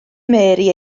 mary